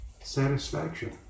satisfaction